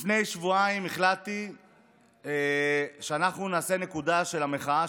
לפני שבועיים החלטתי שאנחנו נעשה נקודה של המחאה,